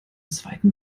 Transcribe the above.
zweiten